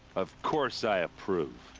of course i approve!